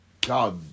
God